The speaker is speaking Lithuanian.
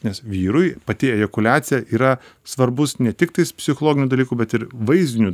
nes vyrui pati ejakuliacija yra svarbus ne tik tais psichologinių dalykų bet ir vaizdinių